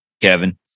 Kevin